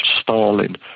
Stalin